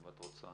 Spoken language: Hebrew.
אני חושבת